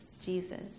Jesus